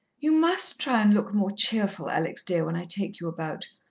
you must try and look more cheerful, alex, dear, when i take you about.